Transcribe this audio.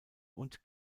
und